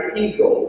ego